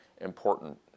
important